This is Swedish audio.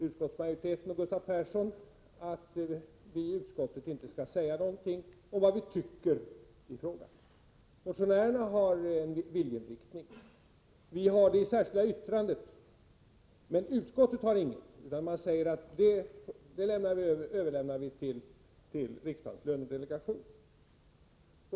Utskottsmajoriteten och Gustav Persson menar att vi i utskottet inte skall säga något om vad vi tycker i frågan, medan det i motionerna och i det särskilda yttrandet finns en viljeinriktning. Utskottet säger bara att frågan överlämnas till riksdagens lönedelegation.